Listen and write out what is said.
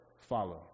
follow